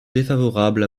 défavorable